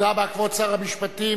תודה רבה, כבוד שר המשפטים.